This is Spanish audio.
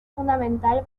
fundamental